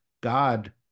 God